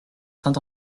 saint